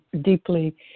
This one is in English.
deeply